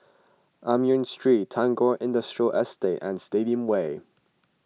Amoy Street Tagore Industrial Estate and Stadium Way